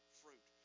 fruit